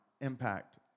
impact